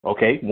Okay